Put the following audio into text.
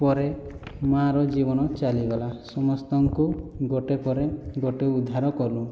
ପରେ ମାଆର ଜୀବନ ଚାଲିଗଲା ସମସ୍ତଙ୍କୁ ଗୋଟିଏ ପରେ ଗୋଟିଏ ଉଦ୍ଧାର କଲୁ